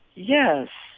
yes.